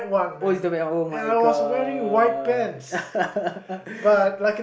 oh is the wet one oh my god